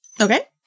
Okay